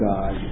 God